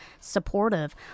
supportive